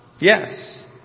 Yes